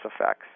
effects